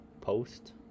post